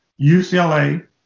UCLA